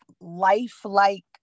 lifelike